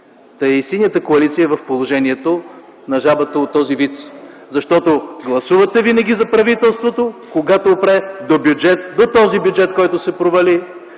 Та и Синята коалиция е в положението на жабата от този виц, защото гласувате винаги за правителството, когато опре до бюджет, до този бюджет, който се провали,